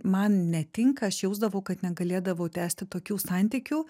man netinka aš jausdavau kad negalėdavau tęsti tokių santykių